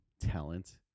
Talent